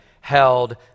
held